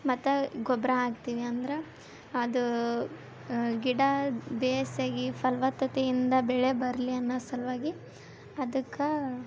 ಮತ್ತೆ ಗೊಬ್ಬರ ಹಾಕ್ತೀವಿ ಅಂದ್ರ ಅದು ಗಿಡ ಬೇಸಾಗಿ ಫಲವತ್ತತೆಯಿಂದ ಬೆಳೆ ಬರಲಿ ಅನ್ನೋ ಸಲುವಾಗಿ ಅದಕ್ಕೆ